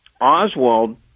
Oswald